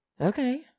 Okay